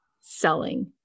selling